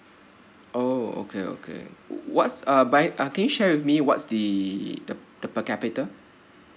oh okay okay what's uh by uh can you share with me what's the the the per capita